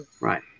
Right